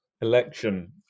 election